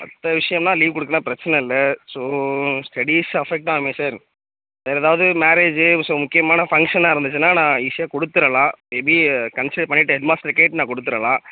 மற்ற விஷயன்னா லீவ் கொடுக்குலாம் பிரச்சனை இல்லை ஸோ ஸ்டடீஸ் அஃபெக்ட் ஆகுமே சார் வேறு எதாவது மேரேஜ் ஸோ முக்கியமான ஃபங்ஷனாக இருந்துச்சின்னா நான் ஈஸியாக கொடுத்துட்லாம் மே பி கன்சசிடர் பண்ணிவிட்டு ஹெட் மாஸ்டர் கேட்டு நான் கொடுத்துடாவா